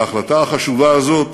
וההחלטה החשובה הזאת